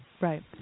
Right